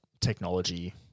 technology